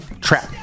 trap